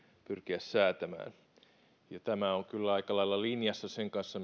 pyrkiä säätämään tämä on kyllä aika lailla linjassa sen kanssa